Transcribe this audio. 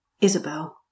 Isabel